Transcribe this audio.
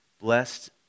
Blessed